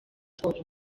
sport